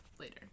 later